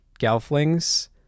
Gelflings